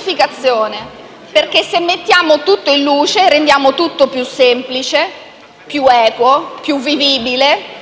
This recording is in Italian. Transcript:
semplificazione, perché se mettiamo tutto in luce, rendiamo ogni cosa più semplice, più equa, più vivibile.